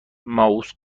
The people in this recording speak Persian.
ماوس